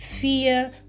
fear